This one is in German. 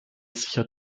sichert